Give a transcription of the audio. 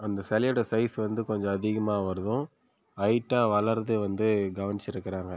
அந்த சிலையோட சைஸ் வந்து கொஞ்சம் அதிகமாகுறதும் ஹைட்டாக வளரதையும் வந்து கவனிச்சுருக்கிறாங்க